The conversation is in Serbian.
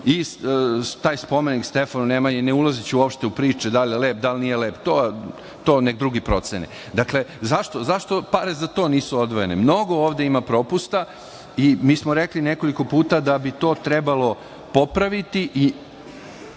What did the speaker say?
taj spomenik Stefanu Nemanji, ne ulazeći uopšte u priče da li je lep, da li nije lep. To neka drugi procene. Dakle, zašto pare za to nisu odvojene? Mnogo ovde ima propusta i mi smo rekli nekoliko puta da bi to trebalo popraviti.